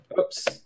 Oops